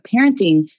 parenting